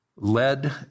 led